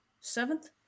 Seventh